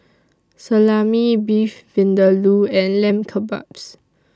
Salami Beef Vindaloo and Lamb Kebabs